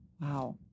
Wow